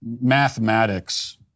mathematics